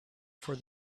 for